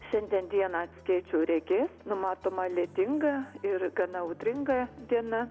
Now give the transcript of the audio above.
šiandien dieną skėčių reikės numatoma lietinga ir gana audringa diena